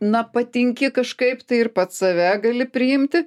na patinki kažkaip tai ir pats save gali priimti